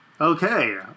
Okay